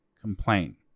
complain